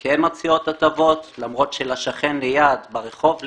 כן מציעות הטבות למרות שלשכן ליד, ברחוב ליד,